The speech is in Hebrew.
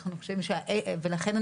לכן,